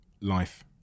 life